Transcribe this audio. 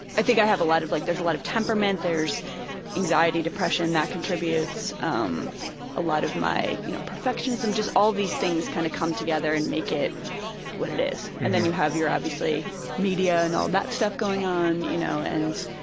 i think i have a lot of like, there's a lot of temperament, there's anxiety, depression, that contributes, um a lot of my you know perfectionism, just all these things kind of come together and make it what it is. and they you have your obviously media and all that stuff going on, you know, and.